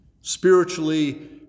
spiritually